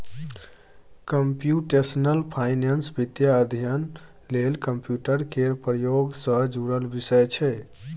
computational finance वित्तीय अध्ययन लेल कंप्यूटर केर प्रयोग सँ जुड़ल विषय छै